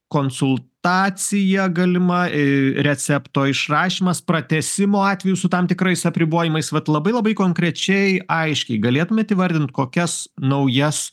konsultacija galima recepto išrašymas pratęsimo atveju su tam tikrais apribojimais vat labai labai konkrečiai aiškiai galėtumėt įvardint kokias naujas